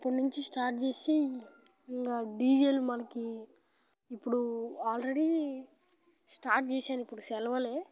అప్పుడు నుంచి స్టార్ట్ చేసి ఇంకా డీజేలు మనకి ఇప్పుడు ఆల్రెడీ స్టార్ట్ చేశాను ఇప్పుడు సెలవులు